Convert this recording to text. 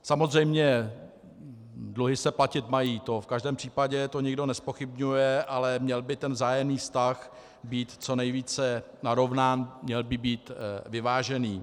Samozřejmě dluhy se platit mají, to v každém případě, to nikdo nezpochybňuje, ale měl by ten vzájemný vztah být co nejvíce narovnán, měl by být vyvážený.